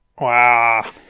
Wow